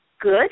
good